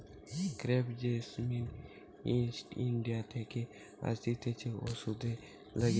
crepe jasmine East India থাকে আসতিছে ওষুধে লাগে